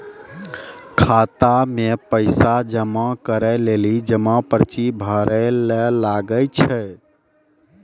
खाता मे पैसा जमा करै लेली जमा पर्ची भरैल लागै छै